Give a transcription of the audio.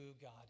God